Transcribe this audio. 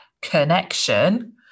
connection